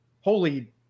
holy